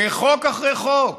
בחוק אחרי חוק,